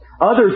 Others